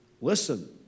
Listen